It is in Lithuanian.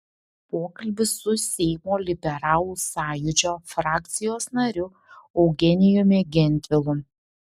pokalbis su seimo liberalų sąjūdžio frakcijos nariu eugenijumi gentvilu